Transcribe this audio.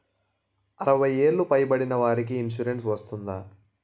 అరవై ఏళ్లు పై పడిన వారికి ఇన్సురెన్స్ వర్తిస్తుందా?